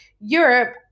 Europe